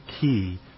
key